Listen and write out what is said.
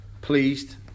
Pleased